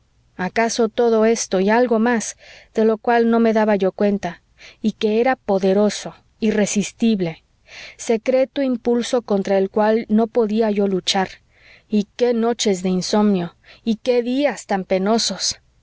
acaso todo esto y algo más de lo cual no me daba yo cuenta y que era poderoso irresistible secreto impulso contra el cual no podía yo luchar y qué noches de insomnio y qué días tan penosos